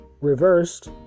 Reversed